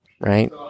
Right